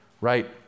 right